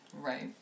Right